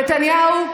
נתניהו,